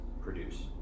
produce